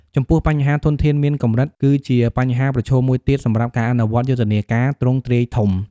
ចំពោះ បញ្ហាធនធានមានកម្រិត គឺជាបញ្ហាប្រឈមមួយទៀត សម្រាប់ការអនុវត្តយុទ្ធនាការទ្រង់ទ្រាយធំ។